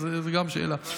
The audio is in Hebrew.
אז זו גם שאלה.